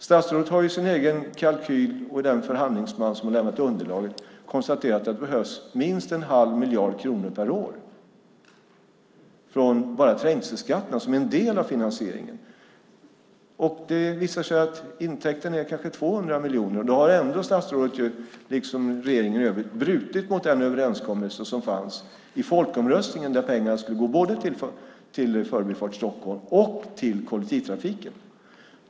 Statsrådet har i sin egen kalkyl och i den förhandlingsmall som hon har lämnat till underlaget konstaterat att det behövs minst 1⁄2 miljard kronor per år bara från trängselskatten som är en del av finansieringen. Det visar sig att intäkterna är 200 miljoner, och då har ändå statsrådet och regeringen i övrigt brutit mot den överenskommelse som fanns i folkomröstningen om att pengarna skulle gå till både Förbifart Stockholm och kollektivtrafiken.